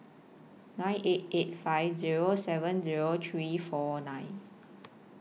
nine eight eight five Zero seven Zero three four nine